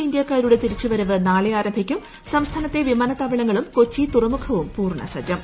ഇന്തൃക്കാരുടെ തിരിച്ചുവരവ് നാളെ ആരംഭിക്കും സംസ്ഥാനത്തെ വിമാനത്താവളങ്ങളും കൊച്ചി തുറമുഖവും പൂർണ്ണ സജ്ജം